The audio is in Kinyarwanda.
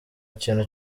kintu